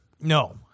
No